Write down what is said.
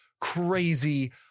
crazy